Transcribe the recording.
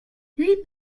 huit